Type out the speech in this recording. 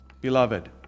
beloved